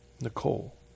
Nicole